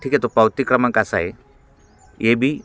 ठीक आहे तो पावती क्रमांक असा आहे ए बी